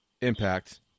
impact